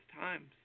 times